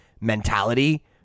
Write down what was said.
mentality